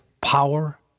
power